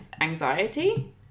anxiety